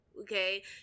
Okay